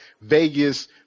Vegas